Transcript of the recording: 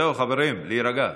זהו, חברים, להירגע.